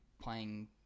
playing